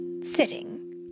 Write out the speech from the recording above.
sitting